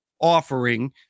offering